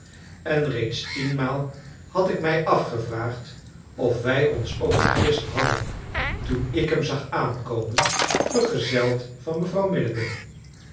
en reeds tienmaal had ik mij afgevraagd of wij ons ook vergist hadden toen ik hem zag aankomen vergezeld van mevrouw